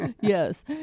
Yes